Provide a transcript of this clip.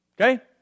Okay